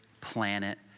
planet